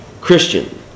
Christian